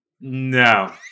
No